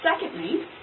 secondly